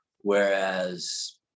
whereas